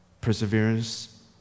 perseverance